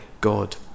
God